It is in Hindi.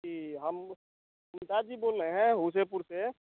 जी हम उषा जी बोल रहे हैं उदयपुर से